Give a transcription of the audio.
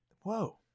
Whoa